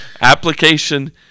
application